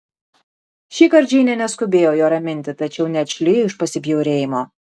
šįkart džeinė neskubėjo jo raminti tačiau neatšlijo iš pasibjaurėjimo